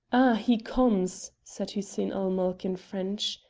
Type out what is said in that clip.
he comes, said hussein-ul-mulk in french.